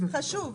חשוב.